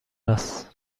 است